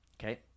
Okay